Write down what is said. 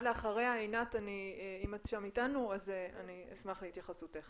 גם בזה נתקלנו